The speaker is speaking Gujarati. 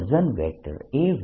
B